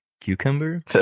Cucumber